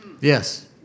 Yes